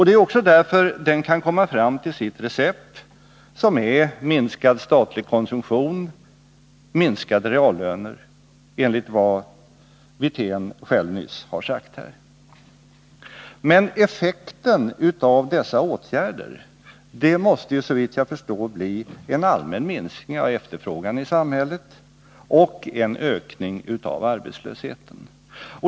Det är också därför som regeringen kan komma fram till sitt recept, som är minskad statlig konsumtion och minskade reallöner enligt vad Rolf Wirtén nyss sagt här. Men effekten av dessa åtgärder måste, såvitt jag förstår, bli en allmän minskning av efterfrågan i samhället och en ökning av arbetslösheten.